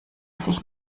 sich